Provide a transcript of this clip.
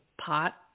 pot